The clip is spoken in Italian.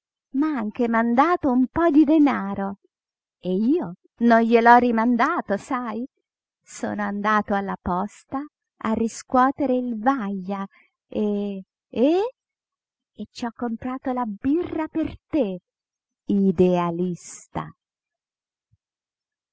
m'ha anche mandato un po di danaro e io non gliel'ho rimandato sai sono andato alla posta a riscuotere il vaglia e e e ci ho comprato la birra per te idealista